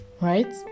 right